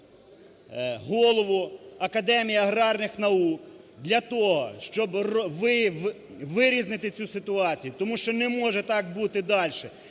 голову Академії аграрних наук для того, щоб вирізнити цю ситуацію, тому що не може так бути далі,